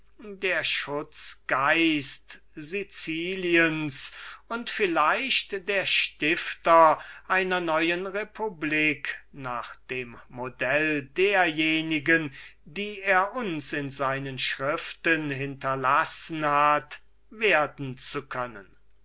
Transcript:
der schutzgeist siciliens und vielleicht der stifter einer neuen republik nach dem model derjenigen die er uns in seinen schriften hinterlassen hat werden zu können